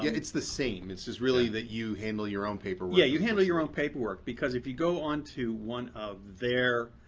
yeah it's the same. it's just really that you handle your own paperwork. dennis yeah, you handle your own paperwork. because if you go onto one of their